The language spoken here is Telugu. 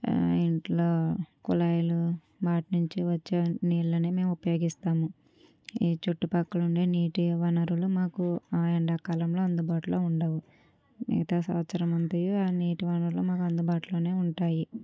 ఇంట్లో కుళాయిలు వాటి నుంచి వచ్చే నీళ్ళని మేము ఉపయోగిస్తాము ఈ చుట్టూ పక్కల ఉండే నీటి వనరులు మాకు ఆ ఎండాకాలంలో అందుబాటులో ఉండవు మిగతా సంవత్సరం అంతయు ఆ నీటి బావులు మాకు అందుబాటులోనే ఉంటాయి